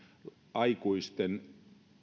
aikuisten